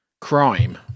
crime